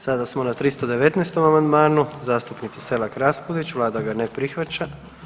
Sada smo na 319. amandmanu zastupnice Selak Raspudić, vlada ga ne prihvaća.